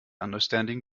understanding